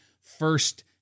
first